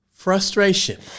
frustration